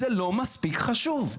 זה לא מספיק חשוב.